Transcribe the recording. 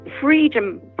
freedom